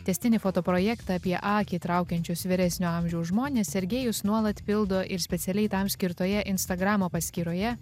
tęstinį fotoprojektą apie akį traukiančius vyresnio amžiaus žmones sergejus nuolat pildo ir specialiai tam skirtoje instagramo paskyroje